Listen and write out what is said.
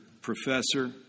professor